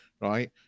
right